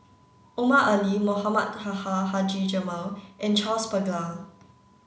Omar Ali Mohamed Taha Haji Jamil and Charles Paglar